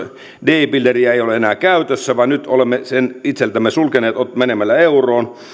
d pilleriä ei ole enää käytössä vaan olemme sen itseltämme sulkeneet menemällä euroon